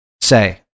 say